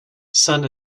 son